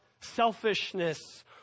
selfishness